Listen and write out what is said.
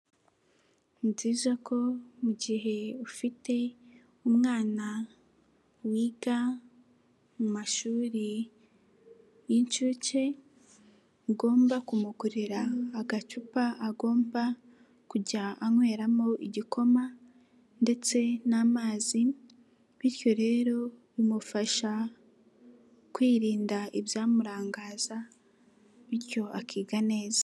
Ni byiza ko mu gihe ufite umwana wiga mu mashuri y'inshuke ugomba kumugurira agacupa agomba kujya anyweramo igikoma ndetse n'amazi bityo rero bimufasha kwirinda ibyamurangaza bityo akiga neza.